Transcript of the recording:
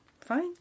fine